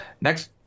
Next